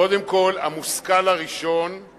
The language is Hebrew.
קודם כול, המושכל הראשון הוא